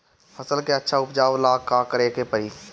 फसल के अच्छा उपजाव ला का करे के परी?